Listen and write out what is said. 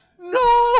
No